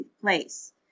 place